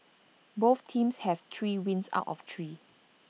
both teams have three wins out of three